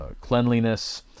cleanliness